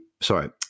sorry